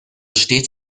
stets